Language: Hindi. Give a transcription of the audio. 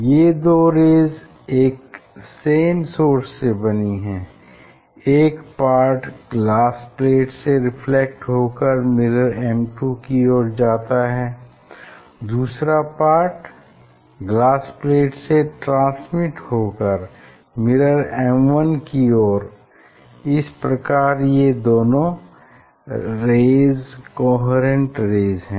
ये दो रेज़ एक सेम सोर्स से बनी हैं एक पार्ट ग्लास प्लेट से रिफ्लेक्ट होकर मिरर M2 की ओर जाता है और दूसरा पार्ट ग्लास प्लेट से ट्रांसमिट होकर मिरर M1 की ओर इस प्रकार ये दोनों रेज़ कोहेरेंट रेज़ है